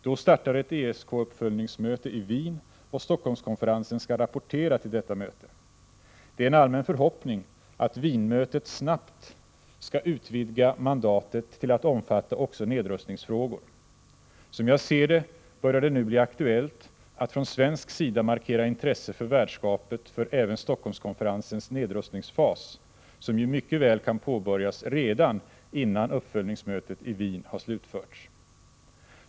Då startar ett ESK-uppföljningsmöte i Wien, och Stockholmskonferensen skall rapportera till detta möte. Det är en allmän förhoppning att Wienmötet snabbt skall utvidga mandatet till att omfatta också nedrustningsfrågor. Som jag ser det börjar det nu bli aktuellt att från svensk sida markera intresse för värdskapet även för Stockholmskonferensens nedrustningsfas, som ju mycket väl kan påbörjas redan innan uppföljningsmötet i Wien har slutförts.